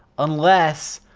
unless,